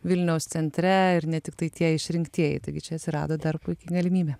vilniaus centre ir ne tiktai tie išrinktieji taigi čia atsirado dar puiki galimybė